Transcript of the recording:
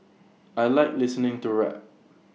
I Like listening to rap